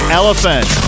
elephant